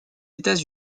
états